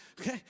okay